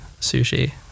sushi